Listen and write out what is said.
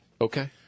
Okay